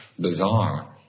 bizarre